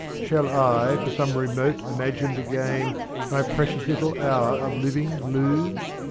shall i for some remote imagined gain my precious little hour of living lose?